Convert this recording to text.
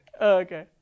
Okay